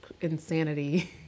insanity